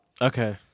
Okay